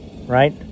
right